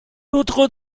autres